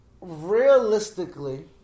Realistically